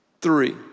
three